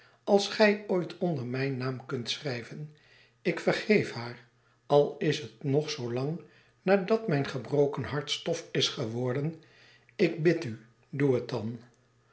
als gij ooit onder mijn naam kunt schrijven ik vergeef haar al is het nog zoo lang nadat mijn gebroken hart stof is geworden ik bid u doe het danl